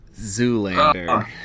zoolander